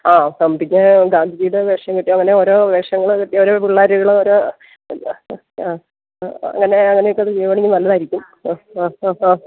ആ അപ്പോള് പിന്നെ ഗാന്ധിജിയുടെ വേഷം കെട്ടി അങ്ങനെ ഓരോ വേഷങ്ങള് കെട്ടി ഓരോ പിള്ളേരുകളോരോ ആ അങ്ങനെ അങ്ങനെയൊക്കെ ഒന്ന് ചെയ്യുകയാണെങ്കില് നല്ലതായിരിക്കും ആ ആ ആ ആ